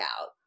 out